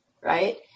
Right